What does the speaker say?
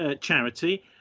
charity